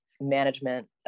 management